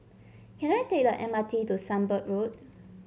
can I take the M R T to Sunbird Road